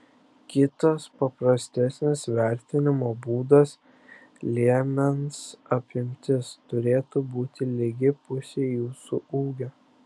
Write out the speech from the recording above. kitas paprastesnis vertinimo būdas liemens apimtis turėtų būti lygi pusei jūsų ūgio